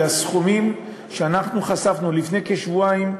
הסכומים שאנחנו חשפנו לפני כשבועיים,